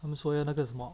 你说要那个什么